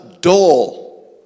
dull